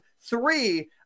three